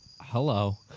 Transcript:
hello